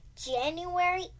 January